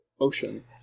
ocean